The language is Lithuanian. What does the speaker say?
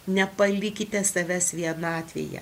nepalikite savęs vienatvėje